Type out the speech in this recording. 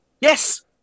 yes